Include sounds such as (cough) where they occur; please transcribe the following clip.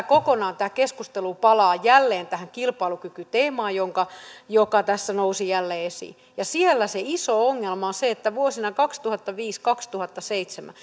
(unintelligible) kokonaan tämä keskustelu palaa jälleen tähän kilpailukykyteemaan joka tässä nousi jälleen esiin siellä se iso ongelma on se että vuosina kaksituhattaviisi viiva kaksituhattaseitsemän (unintelligible)